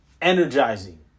energizing